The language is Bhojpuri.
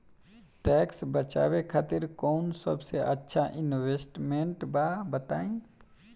टैक्स बचावे खातिर कऊन सबसे अच्छा इन्वेस्टमेंट बा बताई?